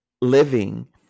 living